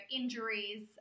injuries